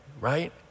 Right